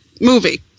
movie